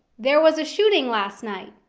there was a shooting last night.